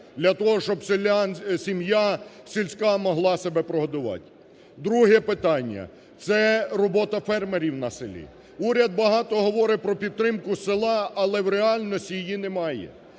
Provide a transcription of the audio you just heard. Для того, щоб сім'я сільська могла себе прогодувати. Друге питання. Це робота фермерів на селі. Уряд багато говоре про підтримку села, але в реальності її немає.